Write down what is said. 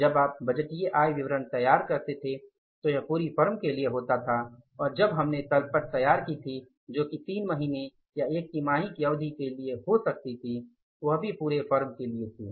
जब आप बजटीय आय विवरण तैयार करते थे तो यह पूरी फर्म के लिए होता था और जब हमने तलपट तैयार की थी जो कि 3 महीने या 1 तिमाही की अवधि के लिए हो सकती थी वह भी पुरे फर्म के लिए थी